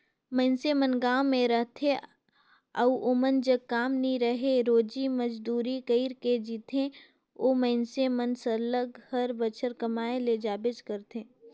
मइनसे मन गाँव में रहथें अउ ओमन जग काम नी रहें रोजी मंजूरी कइर के जीथें ओ मइनसे मन सरलग हर बछर कमाए ले जाबेच करथे